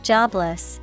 Jobless